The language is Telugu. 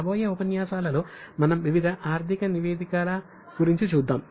రాబోయే ఉపన్యాసాలలో మనం వివిధ ఆర్థిక నివేదికల గురించి చూద్దాం